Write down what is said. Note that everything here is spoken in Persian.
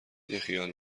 بیخیال